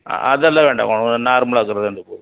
அதலாம் வேண்டாம் நார்மலாக இருக்கிற வண்டி போதும்